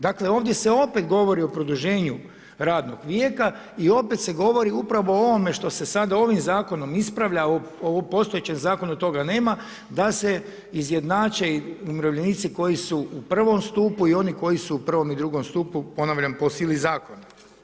Dakle, ovdje se opet govori o produženju radnog vijeća i opet se govori upravo o ovome što se sada ovim zakonom ispravlja, a u postojećem zakonu toga nema da se izjednače i umirovljenici koji su u I. stupu i oni koji su u I. i II. stupu ponavljam, po sili zakona.